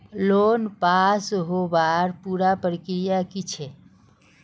Loan pass होबार पुरा प्रक्रिया की छे?